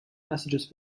messages